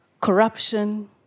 Corruption